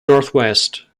northwest